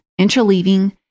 interleaving